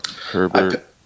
Herbert